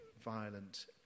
violent